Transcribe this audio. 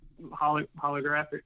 holographic